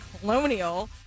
colonial